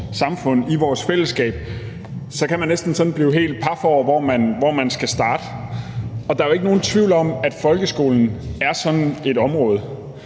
samfund, i vores fællesskab, så kan man næsten blive helt paf, i forhold til hvor man skal starte. Der er jo ikke nogen tvivl om, at folkeskolen er sådan et område.